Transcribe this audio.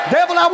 Devil